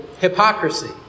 hypocrisy